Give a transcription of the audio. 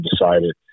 decided